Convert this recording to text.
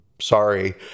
sorry